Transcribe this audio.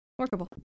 workable